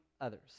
others